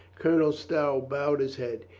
colonel stow bowed his head.